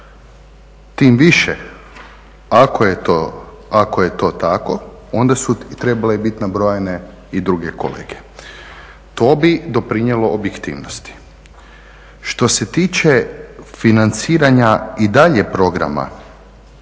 Tim više ako je to tako onda su trebale biti nabrojane i druge kolege. To bi doprinijelo objektivnosti. Što se tiče financiranja i dalje programa